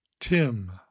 Tim